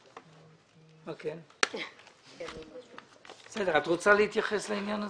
את רוצה להתייחס לעניין הזה?